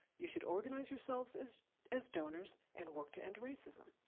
you should organize yourselves as as donors and work to end racism.